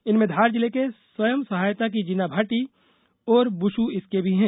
इनमें धार जिले के स्वयं सहायता की जीना भाटी और बश् इस्के भी हैं